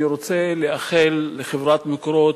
אני רוצה לאחל לחברת "מקורות"